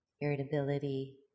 irritability